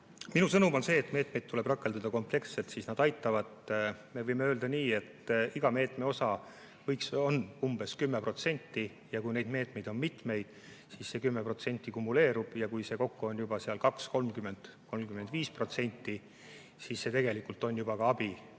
Minu sõnum on see, et meetmeid tuleb rakendada kompleksselt, siis nad aitavad. Me võime öelda nii, et iga meetme osa on umbes 10%. Kui neid meetmeid on mitmeid, siis see 10% kumuleerub. Ja kui see kokku on 20%, 30% või 35%, siis see tegelikult on juba ka abi